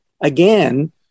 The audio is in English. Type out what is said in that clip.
again